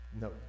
No